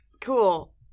Cool